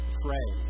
pray